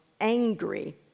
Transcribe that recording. angry